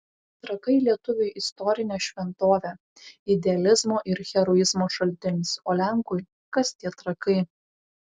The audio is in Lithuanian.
trakai lietuviui istorinė šventovė idealizmo ir heroizmo šaltinis o lenkui kas tie trakai